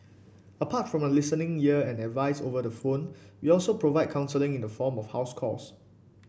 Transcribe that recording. apart from a listening ear and advice over the phone we also provide counselling in the form of house calls